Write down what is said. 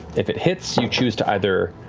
if it hits, you choose to either